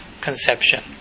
conception